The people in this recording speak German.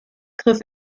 griff